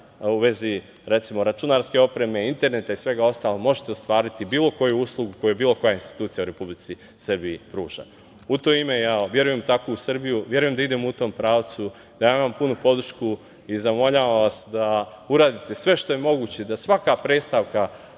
u vezi, recimo, računarske opreme, interneta i svega ostalog, možete ostvariti bilo koju uslugu koju bilo koja institucija u Republici Srbiji pruža.U to ime, ja verujem u takvu Srbiju, verujem da idemo u tom pravcu, dajem vam punu podršku i zamoljavam vas da uradite sve što je moguće da svaka predstavka